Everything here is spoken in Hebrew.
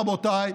רבותיי,